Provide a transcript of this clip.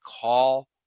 call